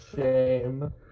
shame